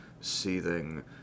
seething